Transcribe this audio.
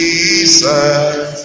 Jesus